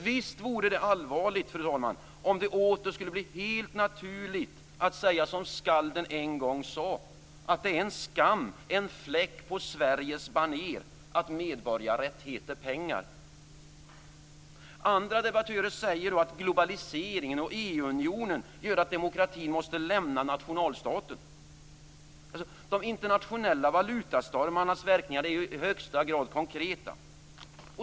Visst vore det allvarligt, fru talman, om det åter skulle bli helt naturligt att säga som skalden en gång sade: Det är skam, det är fläck på Sveriges baner att medborgarrätt heter pengar Andra debattörer säger att globaliseringen och Europaunionen gör att demokratin måste lämna nationalstaten. De internationella valutastormarnas verkningar är i högsta grad konkreta.